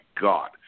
god